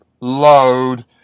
load